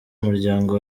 umuryango